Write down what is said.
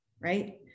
right